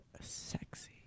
sexy